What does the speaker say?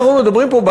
אנחנו מדברים פה,